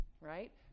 Right